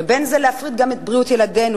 ובתוך זה להפריט גם את בריאות ילדינו,